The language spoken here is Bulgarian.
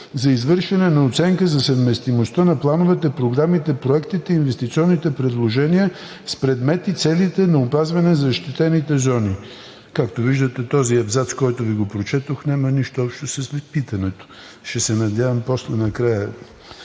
за извършване на оценка за съвместимостта на плановете, програмите, проектите и инвестиционните предложения с предмет и целите на опазване на защитените зони. Както виждате, абзацът, който прочетох, няма нищо общо с питането. Ще се надявам после накрая…